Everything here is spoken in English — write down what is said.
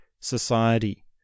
society